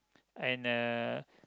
and uh